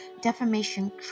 defamation